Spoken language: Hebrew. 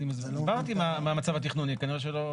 אני הסברתי מה המצב התכנוני, כנראה שלא